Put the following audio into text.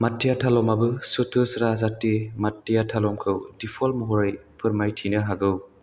मात्या तालमआबो चथुसरा जाथी मात्या तालमखौ डिफ'ल्ट महरै फोरमायथिनो हागौ